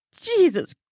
Jesus